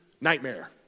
nightmare